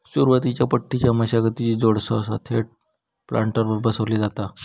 सुरुवातीच्या पट्टीच्या मशागतीची जोड सहसा थेट प्लांटरवर बसवली जाता